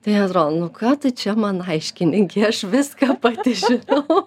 tai atrodo nu ką tu čia man aiškini gi aš viską pati žinau